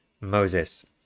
Moses